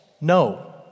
no